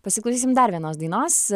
pasiklausysim dar vienos dainos